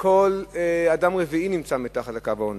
וכל אדם רביעי נמצא מתחת לקו העוני,